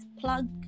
plug